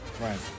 Right